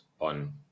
on